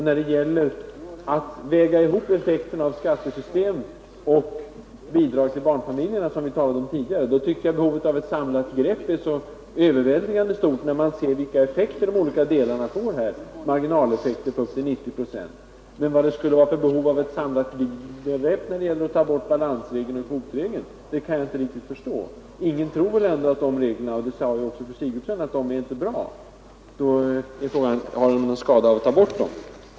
När det gäller att väga ihop effekten av skattesystemet och bidragen till barnfamiljerna, som vi talade om tidigare, tycker jag att behovet av ett samlat grepp är så överväldigande stort, när man ser vilka effekter de olika delarna får — marginaleffekter på upp till 90 procent. Men vad det skulle vara för behov av ett samlat grepp när det gäller att ta bort balansregeln och kvotregeln kan jag inte riktigt förstå. Ingen tror väl ändå — det sade också fru Sigurdsen — att de reglerna är bra. Då är frågan: Medför det någon skada om vi tar bort dem?